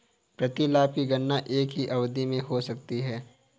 प्रतिलाभ की गणना एक ही अवधि में हो सकती है